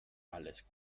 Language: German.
alles